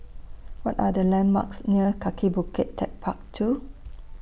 What Are The landmarks near Kaki Bukit Techpark two